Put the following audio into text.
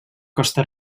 costa